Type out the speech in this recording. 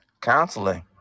Counseling